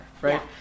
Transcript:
right